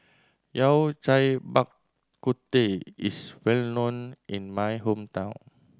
Yao Cai Bak Kut Teh is well known in my hometown